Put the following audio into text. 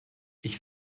ich